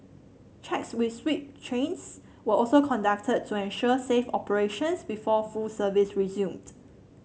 checks with sweep trains were also conducted to ensure safe operations before full service resumed